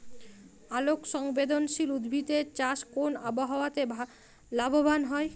আলোক সংবেদশীল উদ্ভিদ এর চাষ কোন আবহাওয়াতে লাভবান হয়?